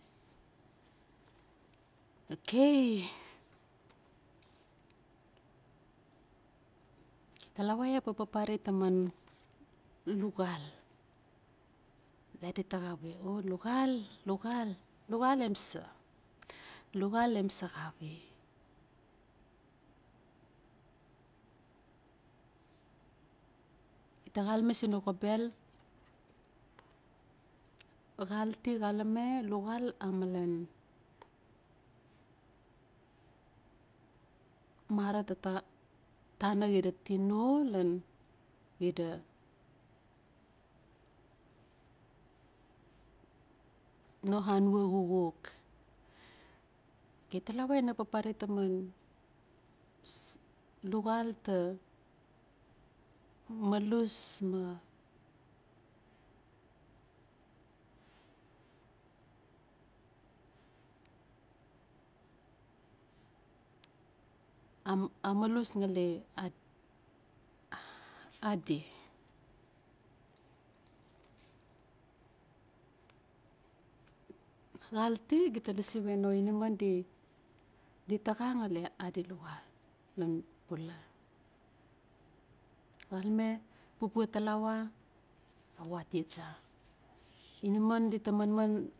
Okay, talawa iaa ba papare taman luxaal. Bia di ta xaa we o luxaal! Luxaal! Luxal em sa? Luxaal em saxawe? Gita xalame siin no xobel xal ti xalame luxaal amalen mara ta- Tana xida tino lan xida no anua xukxuk. Okay tawala ina papare Taman luxaal ta malus ma amalus ngali adi. Xalti gita lasi malen no inaman di- di taxa ngali adi luxaal. Xalame, pupua talawa a watia tsa. Inaman di ta manman